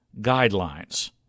guidelines